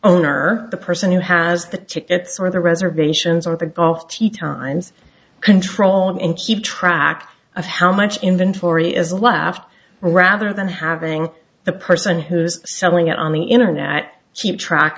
owner the person who has the tickets or the reservations or the golf tee times control and keep track of how much inventory is left rather than having the person who's selling it on the internet keep track